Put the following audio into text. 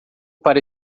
para